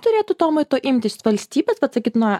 turėtų tomai to imtis valstybė vat sakyt nuo